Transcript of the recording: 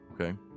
okay